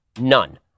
None